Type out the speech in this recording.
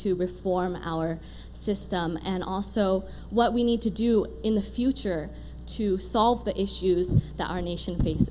to reform our system and also what we need to do in the future to solve the issues that our nation